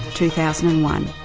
two thousand and one.